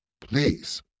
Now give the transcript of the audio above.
Please